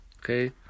Okay